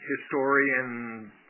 historian